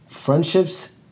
Friendships